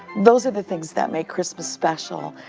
those are the things that make christmas special.